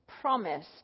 promise